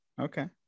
okay